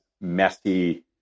messy